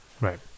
Right